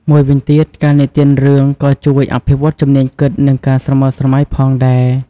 មួយវិញទៀត ការនិទានរឿងក៏ជួយ អភិវឌ្ឍជំនាញគិត និងការស្រមើលស្រមៃ ផងដែរ។